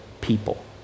people